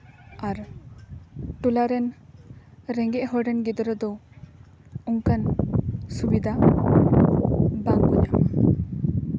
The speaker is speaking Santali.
ᱟᱨ ᱴᱚᱞᱟᱨᱮᱱ ᱨᱮᱸᱜᱮᱡ ᱦᱚᱲ ᱨᱮᱱ ᱜᱤᱫᱽᱨᱟᱹ ᱫᱚ ᱚᱱᱠᱟᱱ ᱥᱩᱵᱤᱫᱟ ᱵᱟᱝᱠᱚ ᱧᱟᱢᱟ